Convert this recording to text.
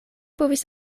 povis